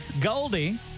goldie